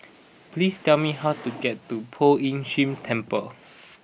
please tell me how to get to Poh Ern Shih Temple